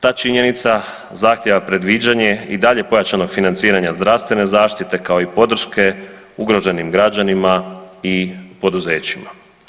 Ta činjenica zahtjeva predviđanje i dalje pojačanog financiranja zdravstvene zaštite kao i podrške ugroženim građanima i poduzećima.